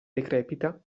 decrepita